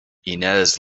ines